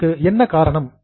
அதற்கு என்ன காரணம்